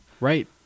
Right